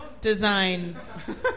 designs